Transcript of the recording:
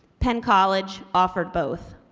penn college offered both.